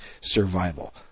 Survival